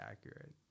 accurate